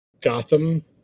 Gotham